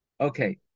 Okay